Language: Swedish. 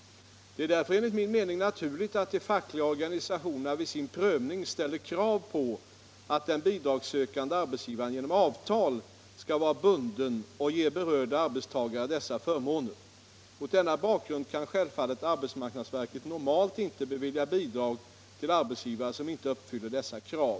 Det är därför enligt min mening naturligt att de fackliga organisationerna vid sin prövning ställer krav på att den bidragssökande arbetsgivaren genom avtal skall vara bunden att ge berörda arbetstagare dessa förmåner. Mot denna bakgrund kan självfallet arbetsmarknadsverket normalt inte bevilja bidrag till arbetsgivare som inte uppfyller dessa krav.